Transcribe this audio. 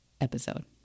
episode